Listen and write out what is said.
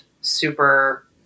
super